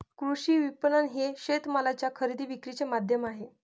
कृषी विपणन हे शेतमालाच्या खरेदी विक्रीचे माध्यम आहे